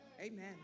Amen